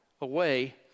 away